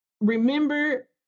Remember